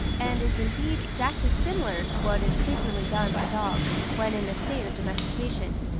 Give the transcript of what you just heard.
and is indeed exactly similar to what is frequently done by dogs when in a state of domestication.